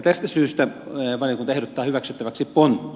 tästä syystä valiokunta ehdottaa hyväksyttäväksi pontta